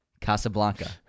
Casablanca